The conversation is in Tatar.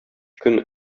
көн